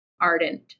ardent